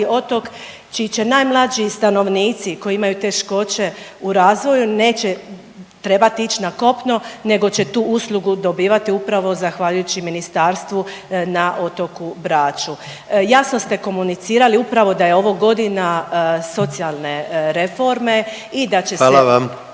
otok čiji će najmlađi stanovnici koji imaju teškoće u razvoju neće trebat ić na kopno nego će tu uslugu dobivati upravo zahvaljujući ministarstvu na otoku Braču. Jasno ste komunicirali upravo da je ovo godina socijalne reforme i da će se …